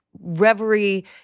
reverie